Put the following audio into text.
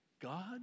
God